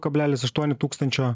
kablelis aštuoni tūkstančio